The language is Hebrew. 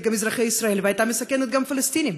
אזרחי ישראל והייתה מסכנת גם פלסטינים.